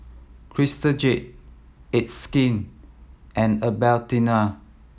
Crystal Jade It's Skin and Albertini